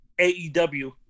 AEW